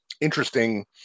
interesting